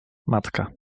matka